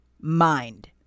mind